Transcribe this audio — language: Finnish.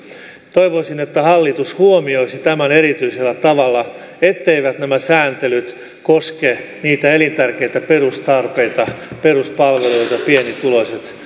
toivoisin että hallitus huomioisi tämän erityisellä tavalla etteivät nämä sääntelyt koske niitä elintärkeitä perustarpeita peruspalveluita joita pienituloiset